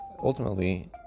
ultimately